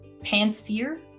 Panseer